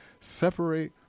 separate